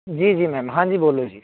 ਜੀ ਜੀ ਮੈਮ ਹਾਂਜੀ ਬੋਲੋ ਜੀ